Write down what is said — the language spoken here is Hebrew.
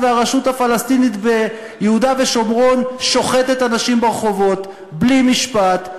והרשות הפלסטינית ביהודה ושומרון שוחטים אנשים ברחובות בלי משפט,